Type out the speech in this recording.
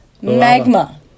magma